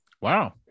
Wow